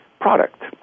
product